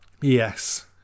Yes